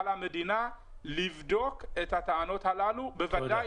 על המדינה לבדוק את הטענות הללו ובוודאי